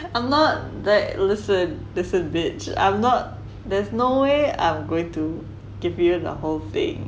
I'm not that listen listen bitch I'm not there's no way I'm going to give you the whole thing